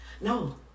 No